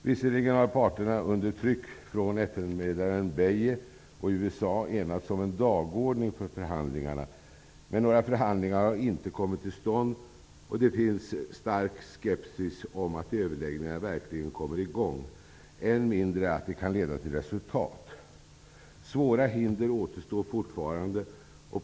Visserligen har parterna under tryck från FN medlaren Beye och USA enats om en dagordning för förhandlingarna. Men några förhandlingar har inte kommit till stånd. Det finns en stark skepsis mot att överläggningarna verkligen skall komma i gång och i än högre grad att de kan leda till resultat. Svåra hinder återstår fortfarande.